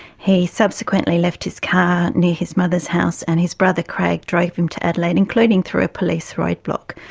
he subsequently left his car near his mother's house and his brother craig drove him to adelaide, including through a police roadblock,